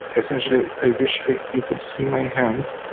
essentially, i wish you could see my hands,